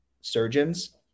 Surgeons